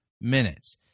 minutes